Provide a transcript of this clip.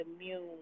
immune